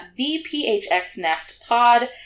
thephxnestpod